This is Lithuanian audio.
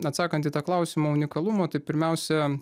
atsakant į tą klausimą unikalumo tai pirmiausia